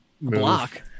block